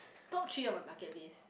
top three of my bucket list